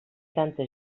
tanta